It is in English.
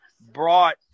brought